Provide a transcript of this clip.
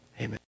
Amen